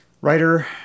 writer